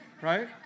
right